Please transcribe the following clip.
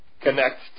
connect